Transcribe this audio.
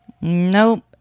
Nope